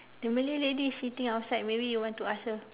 the malay lady is sitting outside maybe you want to ask her